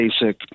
basic